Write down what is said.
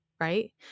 right